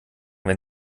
wenn